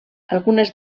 algunes